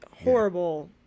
horrible